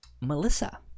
Melissa